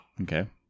Okay